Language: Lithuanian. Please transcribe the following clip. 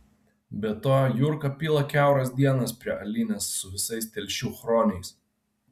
be to jurka pila kiauras dienas prie alinės su visais telšių chroniais